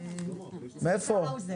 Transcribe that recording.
של האוזר.